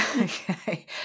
Okay